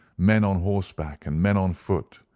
men on horseback, and men on foot.